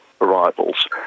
arrivals